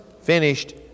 finished